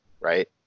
right